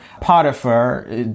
Potiphar